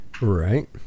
Right